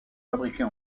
fabriqués